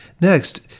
Next